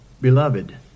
Beloved